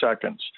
seconds